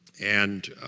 and